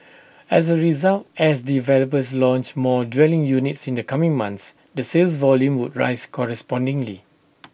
as A result as developers launch more dwelling units in the coming months the sales volume would rise correspondingly